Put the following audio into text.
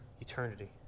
eternity